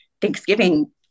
Thanksgiving